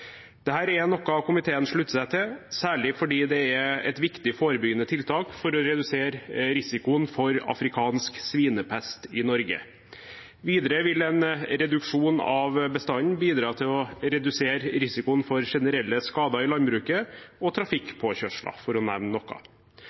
er noe komiteen slutter seg til, særlig fordi det er et viktig forebyggende tiltak for å redusere risikoen for afrikansk svinepest i Norge. Videre vil en reduksjon av bestanden bidra til å redusere risikoen for generelle skader i landbruket og trafikkpåkjørsler, for å nevne noe.